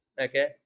Okay